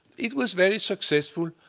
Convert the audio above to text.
it was very successful,